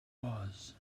was